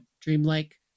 dreamlike